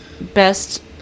best